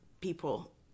people